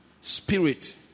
spirit